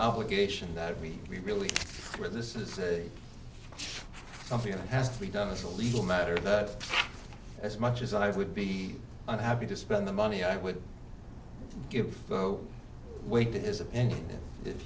obligation that we really where this is something that has to be done as a legal matter that as much as i would be happy to spend the money i would give go to his opinion if